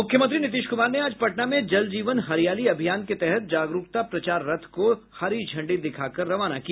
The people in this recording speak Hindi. मूख्यमंत्री नीतीश कुमार ने आज पटना में जल जीवन हरियाली अभियान के तहत जागरूकता प्रचार रथ को हरी झंडी दिखाकर रवाना किया